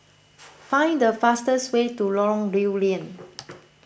find the fastest way to Lorong Lew Lian